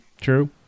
true